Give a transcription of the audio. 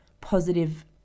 positive